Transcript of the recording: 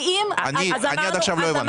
אני עד עכשיו לא הבנתי.